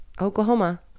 Oklahoma